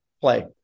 play